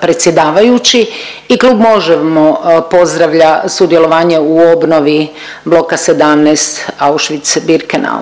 predsjedavajući i Klub Možemo! pozdravlja sudjelovanje u obnovi bloka 17 Auschwitz-Birkenau.